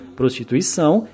prostituição